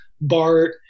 Bart